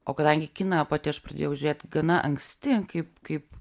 o kadangi kiną pati aš pradėjau žiūrėt gana anksti kaip kaip